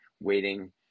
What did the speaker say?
waiting